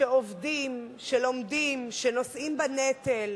שעובדים, שלומדים, שנושאים בנטל,